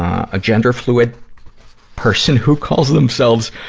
a gender-fluid person who calls themselves,